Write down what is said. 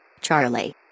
Charlie